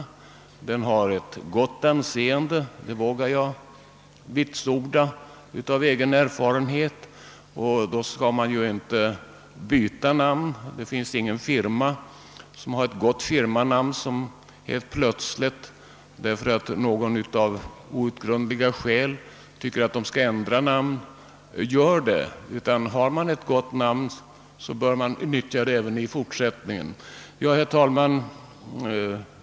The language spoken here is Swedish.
Nämnden har ett gott anseende, det vågar jag vitsorda av egen erfarenhet, och då skall man inte byta namn. Ingen firma med ett gott firmanamn ändrar plötsligt detta därför att någon av outgrundliga skäl tycker att det skall ändras. Ett gott namn bör inte bytas utan nyttjas även i fortsättningen. Herr talman!